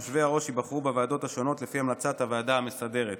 יושבי-הראש ייבחרו בוועדות השונות לפי המלצת הוועדה המסדרת.